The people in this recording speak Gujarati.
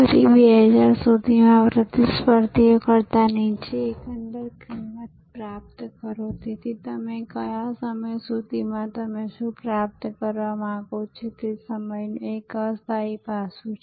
ફરી 2000 સુધીમાં પ્રતિસ્પર્ધીઓ કરતાં નીચી એકંદર કિંમત પ્રાપ્ત કરો તેથી તમે કયા સમય સુધીમાં તમે શું પ્રાપ્ત કરવા માંગો છો તે સમયનું એક અસ્થાયી પાસું છે